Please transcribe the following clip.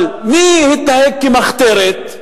אבל מי התנהג כמחתרת,